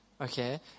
okay